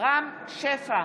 רם שפע,